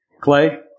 Clay